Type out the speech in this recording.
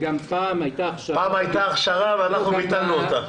פעם הייתה תקופת אכשרה ואנחנו ביטלנו אותה.